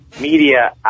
media